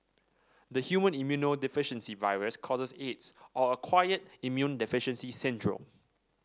the human immunodeficiency virus causes Aids or acquired immune deficiency syndrome